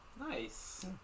Nice